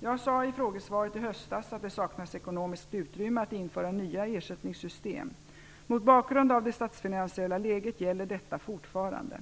Jag sade i frågesvaret i höstas att det saknades ekonomiskt utrymme att införa nya ersättningssystem. Mot bakgrund av det statsfinansiella läget gäller detta fortfarande.